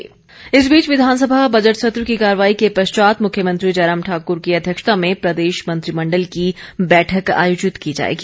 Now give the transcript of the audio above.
मंत्रिमंडल इस बीच विधानसभा बजट सत्र की कार्यवाही के पश्चात मुख्यमंत्री जयराम ठाकुर की अध्यक्षता में प्रदेश मंत्रिमंडल की बैठक आयोजित की जाएगी